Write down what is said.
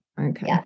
Okay